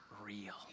real